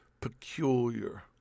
peculiar